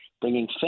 bringing